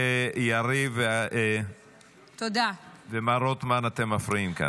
יריב ומר רוטמן, אתם מפריעים.